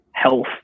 Health